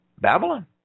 Babylon